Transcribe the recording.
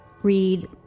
read